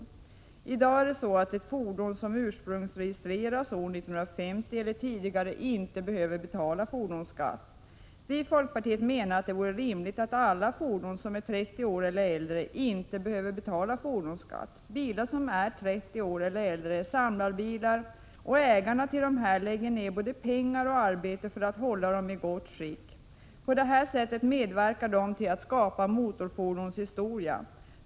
I dag behöver man inte betala fordonsskatt för ett fordon som ursprungsregistrerats år 1950 eller tidigare. Folkpartiet menar att det vore rimligt att man för alla fordon som är 30 år eller äldre inte behövde betala fordonsskatt. Bilar som är 30 år eller äldre är samlarbilar, och ägarna till dessa lägger ned både pengar och arbete för att hålla dem i gott skick. Härigenom medverkar de till att skapa motorfordonshistoria.